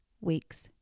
weeks